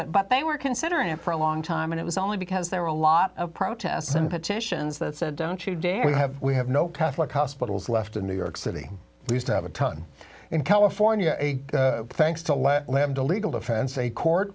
it but they were considering it for a long time and it was only because they were a lot of protests and petitions that said don't you dare we have we have no catholic hospitals left in new york city used to have a ton in california thanks to let lambda legal defense a court